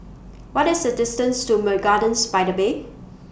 What IS The distance to Ma Gardens By The Bay